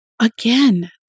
again